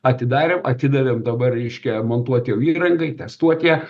atidarėm atidavėm dabar reiškia montuot jau įrangai testuot ją